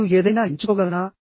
నేను ఏదైనా ఎంచుకోగలనా